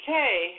Okay